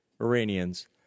Iranians